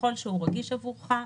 ככל שהוא רגיש עבורך.